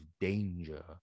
danger